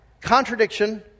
contradiction